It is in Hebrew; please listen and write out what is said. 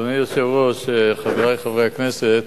אדוני היושב-ראש, חברי חברי הכנסת,